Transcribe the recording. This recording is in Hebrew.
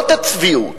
זאת הצביעות.